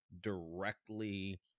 directly